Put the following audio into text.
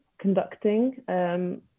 conducting